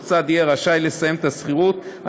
כל צד יהיה רשאי לסיים את השכירות על